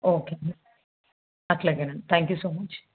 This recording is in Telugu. ఓకేనండి అలాగేనండి థ్యాంక్ యూ సో మచ్